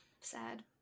Sad